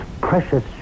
precious